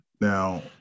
now